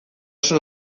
oso